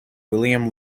william